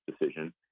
decision